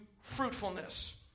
fruitfulness